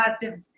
positive